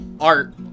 art